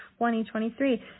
2023